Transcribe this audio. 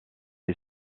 est